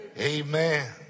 amen